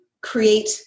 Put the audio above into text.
create